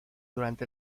durante